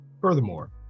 Furthermore